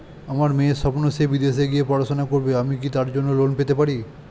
আমার মেয়ের স্বপ্ন সে বিদেশে গিয়ে পড়াশোনা করবে আমি কি তার জন্য লোন পেতে পারি?